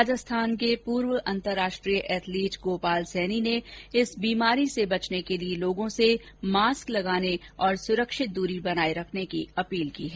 राजस्थान के पूर्व अन्तरराष्ट्रीय एथलीट गोपाल सैनी ने इस बीमारी से बचने के लिए लोगों से मास्क लगाने और सुरक्षित दूरी बनाने की अपील की है